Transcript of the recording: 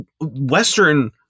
western